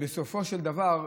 בסופו של דבר,